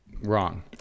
wrong